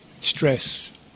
Stress